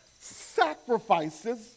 sacrifices